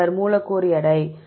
மாணவர் மூலக்கூறு எடை